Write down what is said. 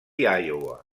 iowa